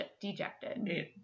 dejected